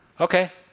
Okay